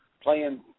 playing